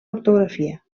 ortografia